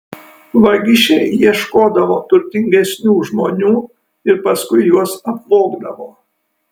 vagišiai ieškodavo turtingesnių žmonių ir paskui juos apvogdavo